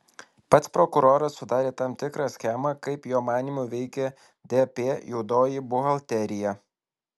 pats prokuroras sudarė tam tikrą schemą kaip jo manymu veikė dp juodoji buhalterija